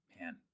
Man